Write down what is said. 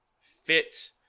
fit